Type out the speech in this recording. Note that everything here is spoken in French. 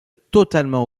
totalement